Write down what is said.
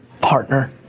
partner